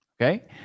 Okay